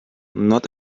not